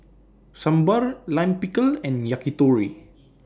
Sambar Lime Pickle and Yakitori